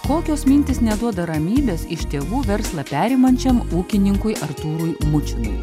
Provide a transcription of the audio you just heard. kokios mintys neduoda ramybės iš tėvų verslą perimančiam ūkininkui artūrui mučinui